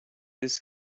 this